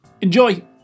Enjoy